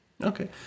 Okay